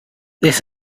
this